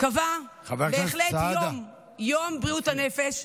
קבע בהחלט יום, יום בריאות הנפש.